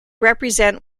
represent